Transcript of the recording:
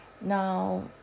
Now